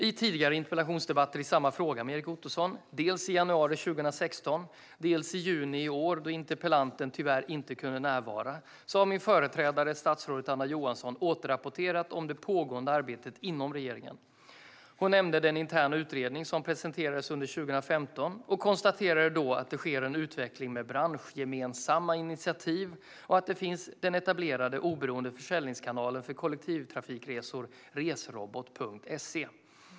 I tidigare interpellationsdebatter i samma fråga med Erik Ottoson, dels i januari 2016, dels i juni i år, då interpellanten tyvärr inte kunde närvara, har min företrädare statsrådet Anna Johansson återrapporterat om det pågående arbetet inom regeringen. Hon nämnde den interna utredning som presenterades under 2015 och konstaterade då att det sker en utveckling med branschgemensamma initiativ och att det finns den etablerade oberoende försäljningskanalen för kollektivtrafikresor resrobot.se.